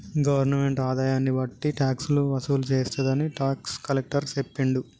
governmental ఆదాయన్ని బట్టి టాక్సులు వసూలు చేస్తుందని టాక్స్ కలెక్టర్ సెప్పిండు